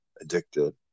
addicted